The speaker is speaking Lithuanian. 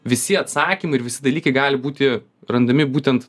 visi atsakymai ir visi dalykai gali būti randami būtent